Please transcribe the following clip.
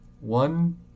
One